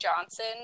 Johnson